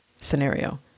scenario